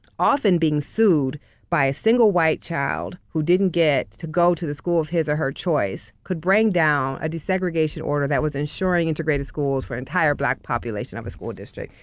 often being sued by a single white child who didn't get to go to the school of his or her choice could bring down a desegregation order that was ensuring integrated schools for entire black population of a school district.